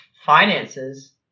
finances